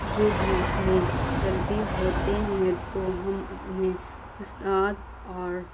جو بھی اس میں غلطی ہوتے ہیں تو ہم اپنے استاد اور